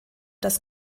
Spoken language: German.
das